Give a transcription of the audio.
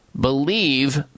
believe